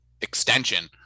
extension